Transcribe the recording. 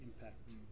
impact